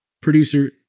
producer